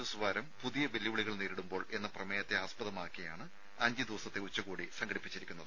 S വാരം പുതിയ വെല്ലുവിളികൾ നേരിടുമ്പോൾ എന്ന പ്രമേയത്തെ ആസ്പദമാക്കിയാണ് അഞ്ച് ദിവസത്തെ ഉച്ചകോടി സംഘടിപ്പിച്ചിരിക്കുന്നത്